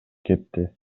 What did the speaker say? кетти